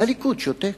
והליכוד שותק.